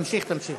תמשיך, תמשיך.